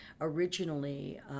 originally